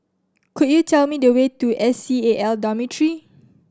could you tell me the way to S C A L Dormitory